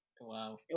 Wow